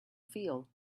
feel